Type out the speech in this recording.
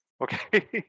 Okay